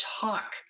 talk